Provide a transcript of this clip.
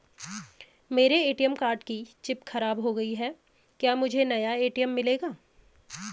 मेरे ATM card की chip खराब हो गयी है क्या मुझे नया ए.टी.एम मिलेगा?